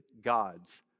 God's